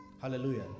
Hallelujah